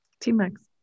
T-Max